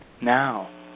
now